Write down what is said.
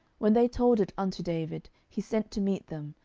when they told it unto david, he sent to meet them,